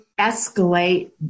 escalate